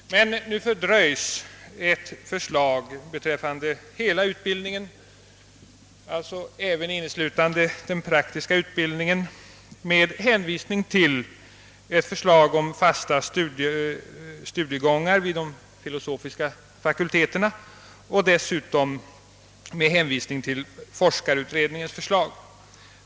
Men nu fördröjs ett förslag beträffande hela utbildningen — alltså även inneslutande den praktiska utbildningen — med hänvisning till ett förslag om fasta studiegångar vid de filosofiska fakulteterna och dessutom med hänvisning till forskarutredningens förslag.